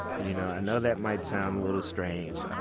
you know and know that might sound a little strange.